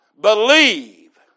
Believe